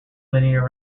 linear